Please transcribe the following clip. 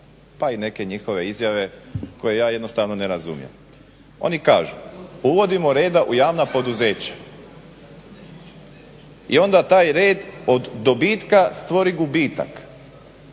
pa i neke njihove izjave koja ja jednostavno ne razumijem. Oni kažu uvodimo reda u javna poduzeća i onda taj red od dobitka stvori gubitak.